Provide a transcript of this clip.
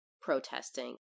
protesting